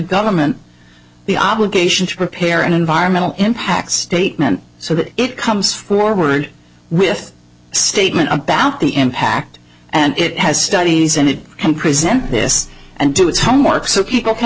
government the obligation to prepare an environmental impact statement so that it comes forward with a statement about the impact and it has studies and it can present this and do its homework so people can